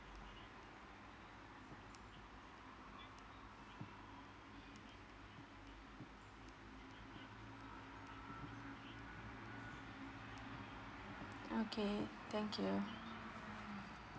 okay thank you